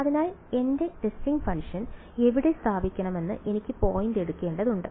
അതിനാൽ എന്റെ testing function എവിടെ സ്ഥാപിക്കണമെന്ന് എനിക്ക് പോയിന്റ് എടുക്കേണ്ടതുണ്ട്